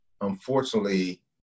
unfortunately